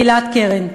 גלעד קרן.